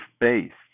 based